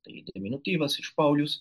tai deminutyvas iš paulius